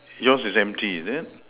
yours is empty is it